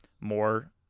more